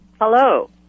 Hello